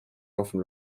often